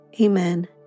Amen